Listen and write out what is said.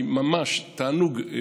ממש תענוג.